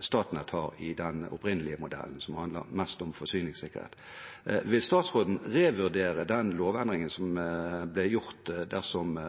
Statnett har i den opprinnelige modellen, som handler mest om forsyningssikkerhet. Vil statsråden revurdere den lovendringen som